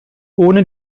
ohne